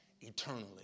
eternally